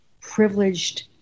privileged